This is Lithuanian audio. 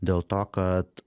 dėl to kad